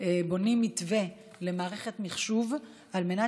אנחנו בונים מתווה למערכת מחשוב על מנת